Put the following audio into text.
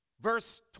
Verse